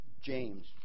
James